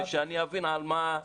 כדי שאני אבין על מה.